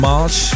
March